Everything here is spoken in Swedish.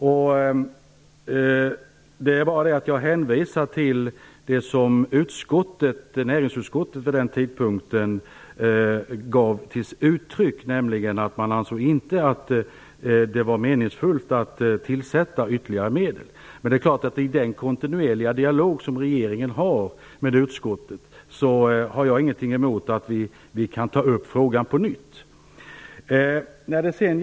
Jag bara hänvisade till vad näringsutskottet vid den tidpunkten gav uttryck för, nämligen att man inte ansåg det meningsfullt att tillsätta ytterligare medel. Men jag har ingenting emot att vi tar upp frågan på nytt i den kontinuerliga dialog som regeringen har med utskottet. Sedan har vi frågan om EU.